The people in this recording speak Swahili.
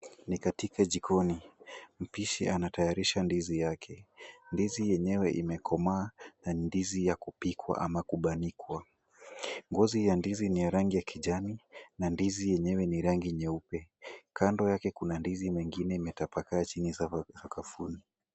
Ni katika jikoni. Mpishi anatayarisha ndizi yake. Ndizi yenyewe imekomaa na ni ndizi ya kupikwa ama kubanikwa. Ngozi ya ndizi ni ya rangi ya kijani na ndizi yenyewe ni rangi nyeupe. Kando yake kuna ndizi mengine imetapakaa chini sakafuni.